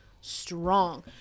strong